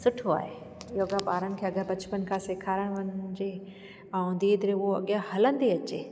सुठो आहे योगा ॿारनि खे अगरि बचपन खां सेखारणु वञिजे ऐं धीरे धीरे हू अॻियां हलंदी अचे